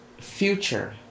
future